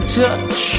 touch